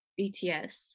bts